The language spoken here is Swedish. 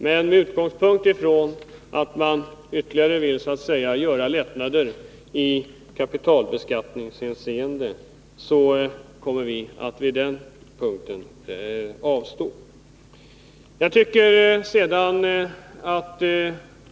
Men med utgångspunkt i att man vill göra ytterligare lättnader i kapitalbeskattningshänseende kommer vi vid den punkten att avstå.